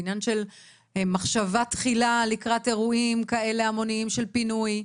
עניין של מחשבה תחילה לקראת אירועים כאלה המוניים של פינוי.